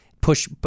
Push